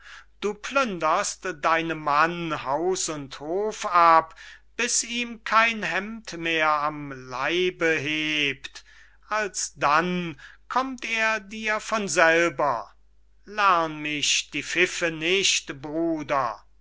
du plünderst deinem mann haus und hof ab bis ihm kein hemd mehr am leibe hebt alsdann kommt er dir von selber lern mich die pfiffe nicht bruder